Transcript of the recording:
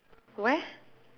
where